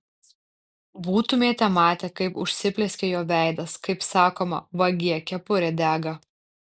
būtumėte matę kaip užsiplieskė jo veidas kaip sakoma vagie kepurė dega